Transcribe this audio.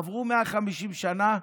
עברו 150 שנה,